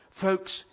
Folks